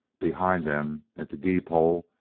behind them, at the gee-pole,